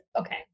okay